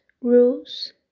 rules